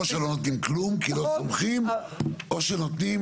או שלא נותנים כלום כי לא סומכים או שנותנים